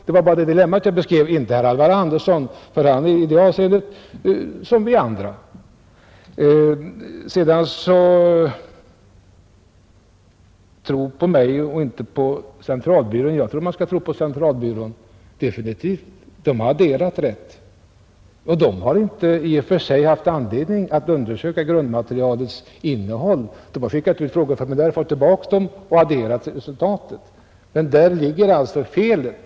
Det var bara det dilemmat jag beskrev, inte herr Alvar Andersson. Han är i det avseendet likadan som vi andra. Jag har inte sagt att man skall tro på mig och inte på centralbyrån. Jag tror definitivt att man skall tro på centralbyrån. Den har adderat rätt. Men centralbyrån har inte i och för sig haft anledning att undersöka grundmaterialets innehåll; man har skickat ut frågeformulär, fått dem tillbaka och adderat resultaten. Men där ligger alltså felet.